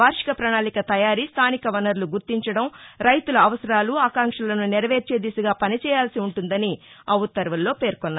వార్షిక ప్రణాళిక తయారీ స్టానిక వనరులు గుర్తించడం రైతుల అవసరాలు ఆకాంక్షలను నెరవేర్చే దిశగా పనిచేయాల్సి ఉంటుందని ఉత్తర్వుల్లో పేర్కొన్నారు